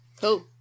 Cool